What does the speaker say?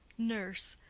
nurse.